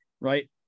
right